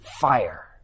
fire